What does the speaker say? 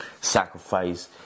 Sacrifice